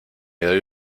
doy